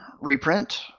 reprint